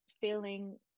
feeling